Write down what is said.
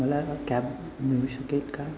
मला कॅब मिळू शकेल का